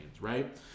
right